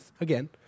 Again